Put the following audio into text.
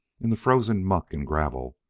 in the frozen muck and gravel,